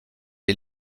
est